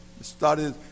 started